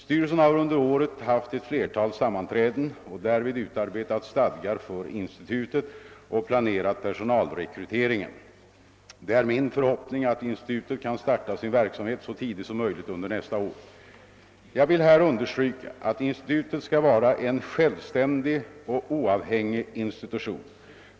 Styrelsen har under året haft ett flertal sammanträden och därvid utarbetat stadgar för institutet och planerat personalrekryteringen. Det är min förhoppning att institutet kan starta sin verksamhet så tidigt som möjligt under nästa år. Jag vill här understryka att institutet skall vara en självständig och oavhängig institution.